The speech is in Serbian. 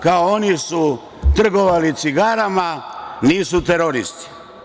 Kao, oni su trgovali cigarama, nisu teroristi.